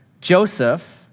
Joseph